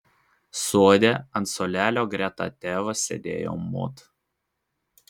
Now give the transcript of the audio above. sode ant suolelio greta tėvo sėdėjo mod